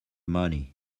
money